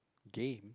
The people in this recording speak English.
game